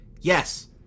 Yes